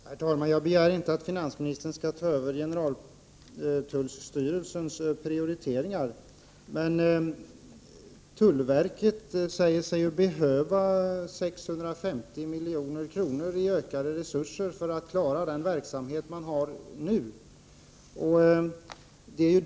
Herr talman! Jag begär inte att finansministern skall ta över generaltullstyrelsens uppgifter, men tullverket säger sig ju behöva 650 milj.kr. i ökade resurser för att klara den verksamhet som det nu bedriver.